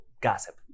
gossip